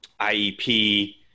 IEP